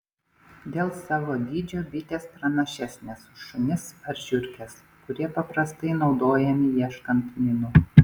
dėl savo dydžio bitės pranašesnės už šunis ar žiurkes kurie paprastai naudojami ieškant minų